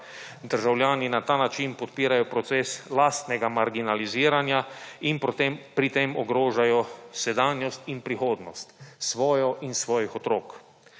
Državljani na ta način podpirajo proces lastnega marginaliziranja in pri tem ogrožajo sedanjost in prihodnost, svojo in svojih otrok.